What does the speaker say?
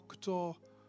doctor